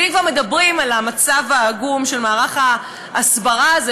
ואם כבר מדברים על המצב העגום של מערך ההסברה הזה,